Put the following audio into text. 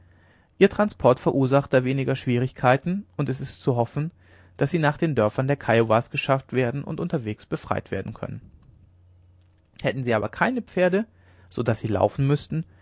ihr transport verursacht da weniger schwierigkeiten und es ist zu hoffen daß sie nach den dörfern der kiowas geschafft werden und unterwegs befreit werden können hätten sie aber keine pferde so daß sie laufen müßten